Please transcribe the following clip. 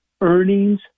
Earnings